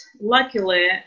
luckily